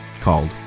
called